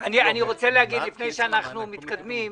אני רוצה להגיד לפני שאנחנו מתקדמים.